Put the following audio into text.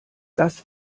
das